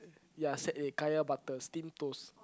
ya set A kaya butter steam toast